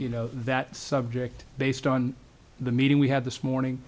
you know that subject based on the meeting we had this morning